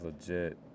legit